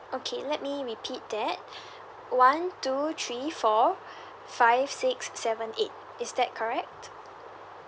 okay let me repeat that one two three four five six seven eight is that correct